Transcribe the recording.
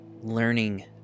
learning